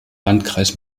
landkreis